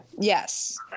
Yes